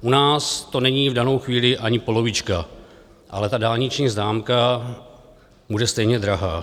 U nás to není v danou chvíli ani polovička, ale ta dálniční známka bude stejně drahá.